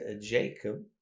jacob